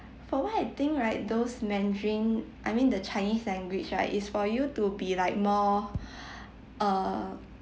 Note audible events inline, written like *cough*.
for what I think right those mandarin I mean the chinese language right is for you to be like more *breath* err